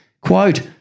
Quote